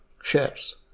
shares